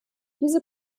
diese